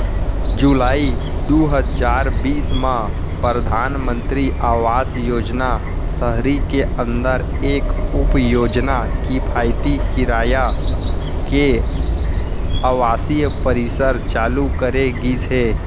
जुलाई दू हजार बीस म परधानमंतरी आवास योजना सहरी के अंदर एक उपयोजना किफायती किराया के आवासीय परिसर चालू करे गिस हे